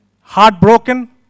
heartbroken